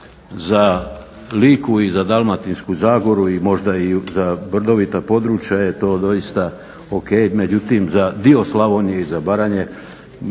za Liku i Dalmatinsku zagoru i možda i brdovita područja je to doista o.k., međutim za dio Slavonije i Baranje